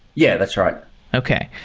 yeah, that's right okay.